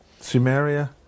sumeria